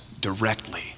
directly